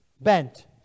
bent